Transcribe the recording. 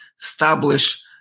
establish